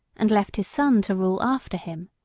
and left his son to rule after him.